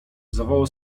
zawołał